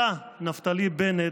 אתה, נפתלי בנט,